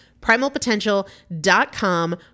Primalpotential.com